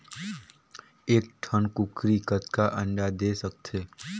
एक ठन कूकरी कतका अंडा दे सकथे?